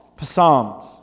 psalms